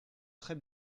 très